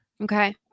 okay